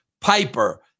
Piper